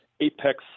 apex